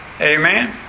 Amen